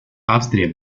австрия